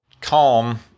calm